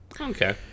Okay